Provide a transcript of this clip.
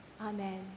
Amen